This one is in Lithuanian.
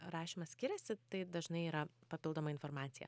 rašymas skiriasi tai dažnai yra papildoma informacija